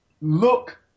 look